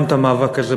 גם את המאבק הזה,